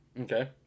Okay